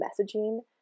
messaging